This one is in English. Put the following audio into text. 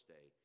Day